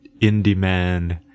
in-demand